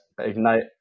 ignite